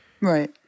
Right